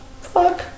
fuck